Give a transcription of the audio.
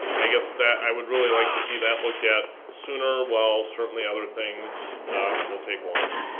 i guess that i would really like to see that looked at sooner while certainly other things will take longer.